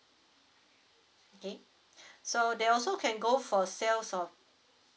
okay so they also can go for sales of